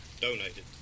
donated